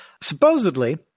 Supposedly